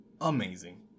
amazing